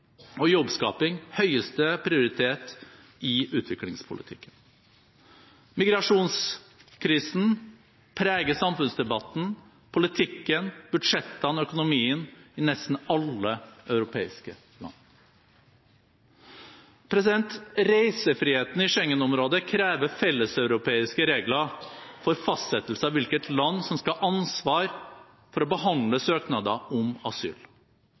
og jobbskaping høyeste prioritet i utviklingspolitikken. Migrasjonskrisen preger samfunnsdebatten, politikken, budsjettene og økonomien i nesten alle europeiske land. Reisefriheten i Schengen-området krever felleseuropeiske regler for fastsettelse av hvilket land som skal ha ansvaret for å behandle søknader om asyl.